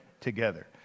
together